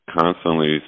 constantly